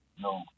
No